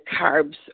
carbs